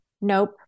nope